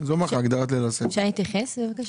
אפשר להתייחס בבקשה?